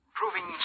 proving